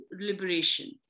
liberation